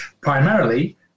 primarily